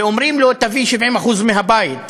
ואומרים לו: תביא 70% מהבית,